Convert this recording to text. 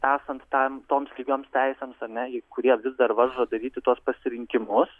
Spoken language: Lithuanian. esant tam toms lygioms teisėms ar ne jei kurie vis dar varžo daryti tuos pasirinkimus